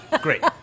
Great